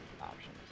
options